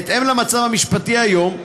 במצב המשפטי היום,